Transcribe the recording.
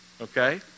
Okay